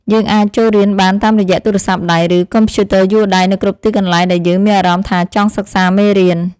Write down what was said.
យើងអាចចូលរៀនបានតាមរយៈទូរស័ព្ទដៃ ឬកុំព្យូទ័រយួរដៃនៅគ្រប់ទីកន្លែងដែលយើងមានអារម្មណ៍ថាចង់សិក្សាមេរៀន។